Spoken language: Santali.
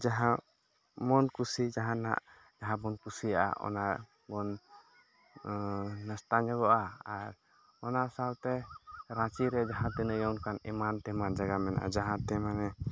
ᱡᱟᱦᱟᱸ ᱢᱚᱱᱠᱩᱥᱤ ᱡᱟᱦᱟᱱᱟᱜ ᱡᱟᱦᱟᱸ ᱵᱚᱱ ᱠᱩᱥᱤᱭᱟᱜᱼᱟ ᱚᱱᱟ ᱵᱚᱱ ᱱᱟᱥᱛᱟ ᱧᱚᱜᱚᱜᱼᱟ ᱟᱨ ᱚᱱᱟ ᱥᱟᱶᱛᱮ ᱨᱟᱸᱪᱤᱨᱮ ᱡᱟᱦᱟᱸ ᱛᱤᱱᱟᱹᱜ ᱜᱮ ᱚᱱᱠᱟᱱ ᱮᱢᱟᱱ ᱛᱮᱢᱟᱱ ᱡᱟᱜᱟ ᱢᱮᱱᱟᱜᱼᱟ ᱡᱟᱦᱟᱸ ᱛᱮ ᱢᱟᱱᱮ